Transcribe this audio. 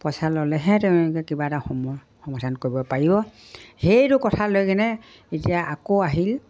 পইচা ল'লেহে তেওঁলোকে কিবা এটা সমাধান কৰিব পাৰিব সেইটো কথা লৈ কেনে এতিয়া আকৌ আহিল